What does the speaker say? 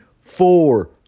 four